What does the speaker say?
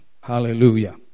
hallelujah